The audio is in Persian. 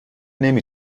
نمی